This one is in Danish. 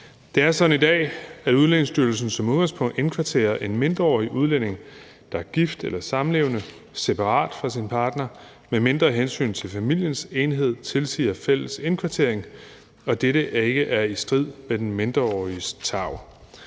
Det er sådan i dag, at Udlændingestyrelsen som udgangspunkt indkvarterer en mindreårig udlænding, der er gift eller samlevende, separat fra sin partner, medmindre hensyn til familiens enhed tilsiger fælles indkvartering og dette ikke er i strid med den mindreåriges tarv.